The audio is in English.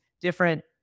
different